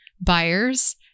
buyers